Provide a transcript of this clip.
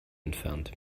entfernt